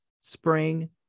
Spring